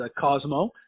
Cosmo